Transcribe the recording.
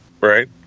right